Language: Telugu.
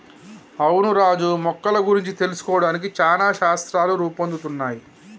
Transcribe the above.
అవును రాజు మొక్కల గురించి తెలుసుకోవడానికి చానా శాస్త్రాలు రూపొందుతున్నయ్